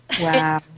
Wow